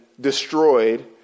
destroyed